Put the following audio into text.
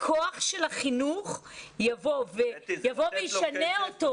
הכוח של החינוך יבוא וישנה אותו.